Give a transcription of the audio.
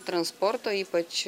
transporto ypač